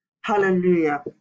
Hallelujah